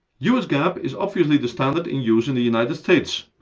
us gaap is obviously the standard in use in the united states,